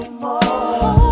more